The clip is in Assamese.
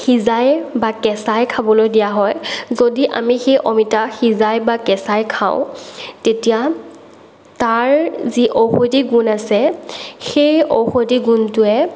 সিজাই বা কেঁচাই খাবলৈ দিয়া হয় যদি আমি সেই অমিতা সিজাই বা কেঁচাই খাওঁ তেতিয়া তাৰ যি ঔষধি গুণ আছে সেই ঔষধি গুণটোৱে